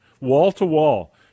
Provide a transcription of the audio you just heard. wall-to-wall